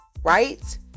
right